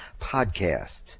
podcast